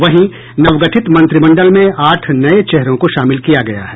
वहीं नवगठित मंत्रिमंडल में आठ नये चेहरों को शामिल किया गया है